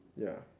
ya